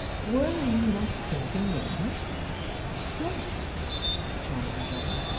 were you not talking yonder yes the child rejoined.